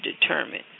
determine